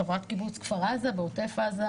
אני חברת קיבוץ כפר עזה בעוטף עזה,